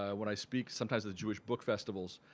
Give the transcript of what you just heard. um when i speak sometimes at the jewish book festivals